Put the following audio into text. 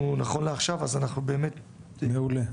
מעולה,